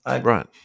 Right